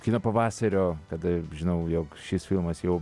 kino pavasario kada žinau jog šis filmas jau